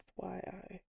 FYI